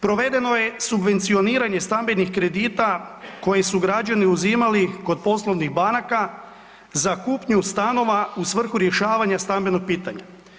Provedeno je subvencioniranje stambenih kredita koje su građani uzimali kod poslovnih banaka za kupnju stanova u svrhu rješavanja stambenog pitanja.